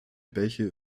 bäche